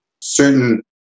certain